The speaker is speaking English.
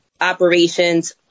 operations